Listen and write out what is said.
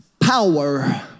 power